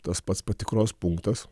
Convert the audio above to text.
tas pats patikros punktas